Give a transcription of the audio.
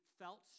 felt